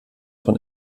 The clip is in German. von